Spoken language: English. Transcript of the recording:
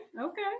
okay